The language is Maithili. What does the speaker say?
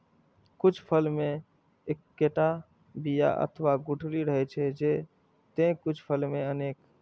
कुछ फल मे एक्केटा बिया अथवा गुठली रहै छै, ते कुछ फल मे अनेक